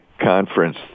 conference